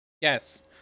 Yes